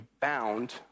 bound